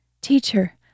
Teacher